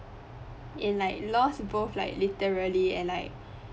in like lost both like literally and like